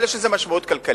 אבל יש לזה משמעות כלכלית.